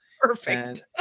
Perfect